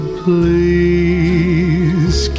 please